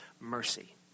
mercy